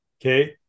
okay